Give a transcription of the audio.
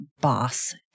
Boss